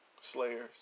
Slayers